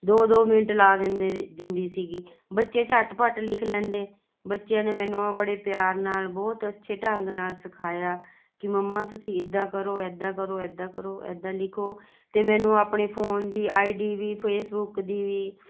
ਦੋ ਦੋ ਮਿੰਟ ਲਾ ਦਿੰਦੇ ਦਿੰਦੀ ਸੀਗੀ ਬੱਚੇ ਝੱਟ ਪੱਟ ਲਿਖ ਲੈਂਦੇ ਬੱਚਿਆਂ ਨੇ ਮੈਨੂੰ ਬੜੇ ਪਿਆਰ ਨਾਲ ਬਹੁਤ ਅੱਛੇ ਢੰਗ ਨਾਲ ਸਿਖਾਇਆ ਕਿ ਮੰਮਾ ਤੁਸੀਂ ਐਦਾਂ ਕਰੋ ਐਦਾਂ ਕਰੋ ਐਦਾਂ ਕਰੋ ਐਦਾਂ ਲਿਖੋ ਅਤੇ ਮੈਨੂੰ ਆਪਣੇ ਫੋਨ ਦੀ ਆਈ ਡੀ ਵੀ ਫੇਸਬੁੱਕ ਦੀ ਵੀ